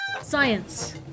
Science